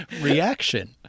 Reaction